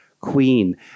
queen